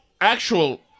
actual